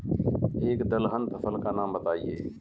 एक दलहन फसल का नाम बताइये